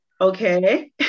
okay